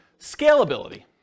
Scalability